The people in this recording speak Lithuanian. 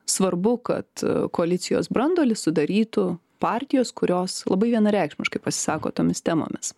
svarbu kad koalicijos branduolį sudarytų partijos kurios labai vienareikšmiškai pasisako tomis temomis